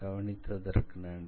கவனித்ததற்கு நன்றி